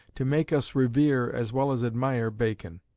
to make us revere as well as admire bacon.